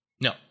No